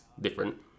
different